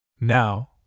Now